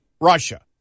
Russia